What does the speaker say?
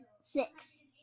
Six